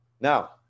Now